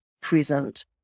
present